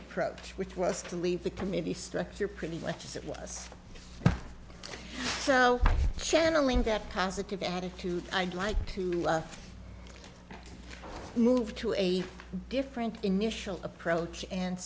approach which was to leave the committee structure pretty much as it was so channeling that positive attitude i'd like to love move to a different initial approach and